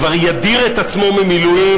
"כבר ידיר את עצמו ממילואים,